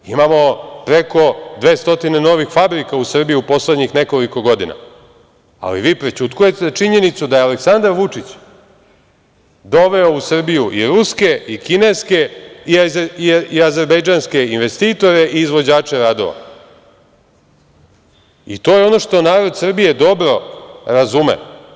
Imamo preko 200 novih fabrika u Srbiji u poslednjih godina, ali vi prećutkujete činjenicu da je Aleksandar Vučić doveo u Srbiju i ruske i kineske i azerbejdžanske investitore i izvođače radova, i to je ono što narod Srbije dobro razume.